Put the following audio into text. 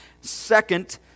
Second